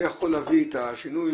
זה יכול להביא את השינוי.